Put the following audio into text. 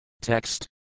Text